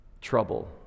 Trouble